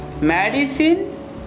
Medicine